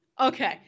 okay